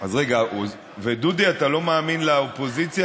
אז רגע, דודי, אתה לא מאמין לאופוזיציה?